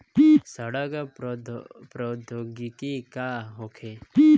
सड़न प्रधौगिकी का होखे?